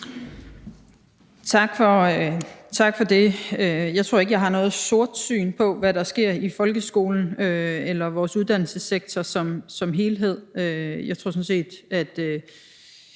Tak for det. Jeg tror ikke, jeg har noget sort syn på, hvad der sker i folkeskolen eller vores uddannelsessektor som helhed. Mit syn er